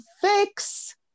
fix